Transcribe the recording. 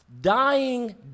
dying